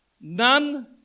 None